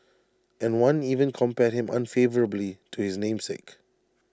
and one even compared him unfavourably to his namesake